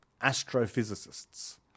astrophysicists